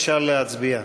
אפשר להצביע.